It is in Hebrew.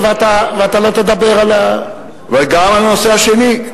ואתה לא תדבר על, גם על הנושא השני.